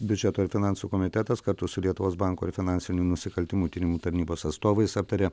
biudžeto ir finansų komitetas kartu su lietuvos banko ir finansinių nusikaltimų tyrimų tarnybos atstovais aptarė